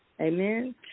Amen